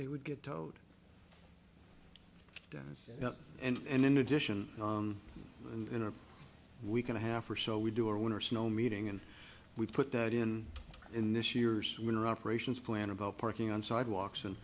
they would get towed and in addition in a week and a half or so we do our winter snow meeting and we put that in in this year's winner operations plan about parking on sidewalks and